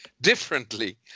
differently